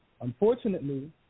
Unfortunately